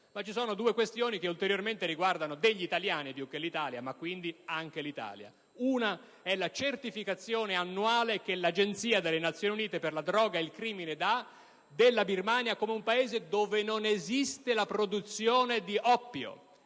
Poi ci sono due questioni che riguardano degli italiani, più che l'Italia, ma di conseguenza anche l'Italia. La prima è la certificazione annuale che l'Agenzia delle Nazioni Unite per la droga e il crimine dà della Birmania come un Paese dove non esiste produzione di oppio.